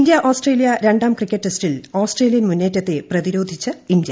India Australia രണ്ടാം cricket ടെസ്റ്റിൽ Australian മുന്നേറ്റത്തെ പ്രതിരോധിച്ച് ഇന്തൃ